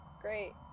Great